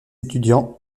étudiants